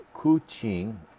Kuching